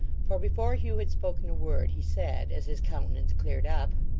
for before hugh had spoken a word, he said, as his countenance cleared up